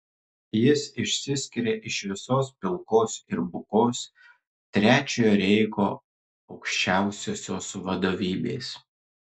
jis išsiskiria iš visos pilkos ir bukos trečiojo reicho aukščiausiosios vadovybės